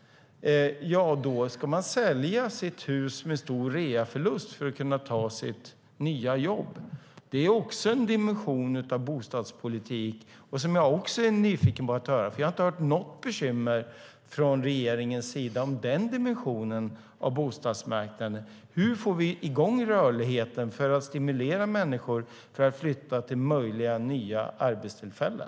Då ska man sälja sitt hus med stor reaförlust för att kunna ta sitt nya jobb. Det är också en dimension av bostadspolitiken som jag är nyfiken på att höra mer om, för jag har inte hört om något bekymmer från regeringens sida om den dimensionen av bostadsmarknaden. Hur får vi i gång rörligheten för att stimulera människor för att flytta till möjliga, nya arbetstillfällen?